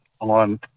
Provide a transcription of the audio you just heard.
on